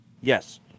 Yes